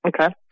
Okay